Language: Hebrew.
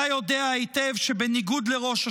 אתה יודע היטב שבניגוד לראש השנה,